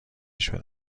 شده